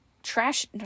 trash